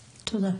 תודה.